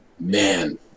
man